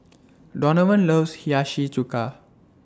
Donavon loves Hiyashi Chuka